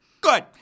Good